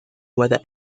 whether